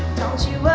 don't you